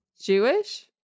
Jewish